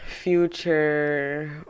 Future